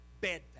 bed